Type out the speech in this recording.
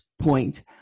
point